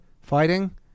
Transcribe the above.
fighting